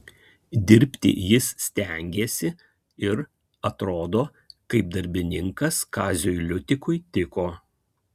dirbti jis stengėsi ir atrodo kaip darbininkas kaziui liutikui tiko